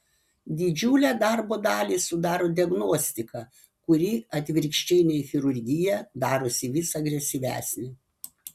didžiulę darbo dalį sudaro diagnostika kuri atvirkščiai nei chirurgija darosi vis agresyvesnė